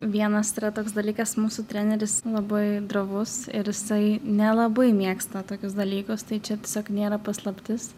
vienas yra toks dalykas mūsų treneris labai drovus ir jisai nelabai mėgsta tokius dalykus tai čia tiesiog nėra paslaptis